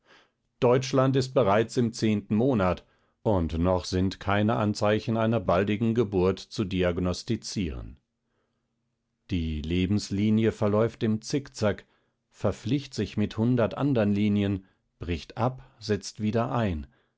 deutschland ist bereits im zehnten monat und noch keine anzeichen einer baldigen geburt zu diagnostizieren die lebenslinie verläuft im zickzack verflicht sich mit hundert anderen linien bricht ab setzt wieder ein